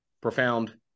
profound